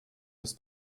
des